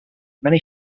many